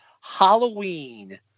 Halloween